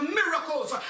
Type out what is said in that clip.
miracles